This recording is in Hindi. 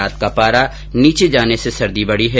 रात का पारा नीचे जाने से सर्दी बढ़ी है